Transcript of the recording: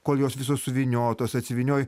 kol jos visos suvyniotos atsivynioji